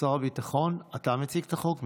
שר הביטחון, אתה מציג את החוק?